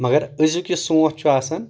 مگر آزیُک یہِ سونٛت چھُ آسان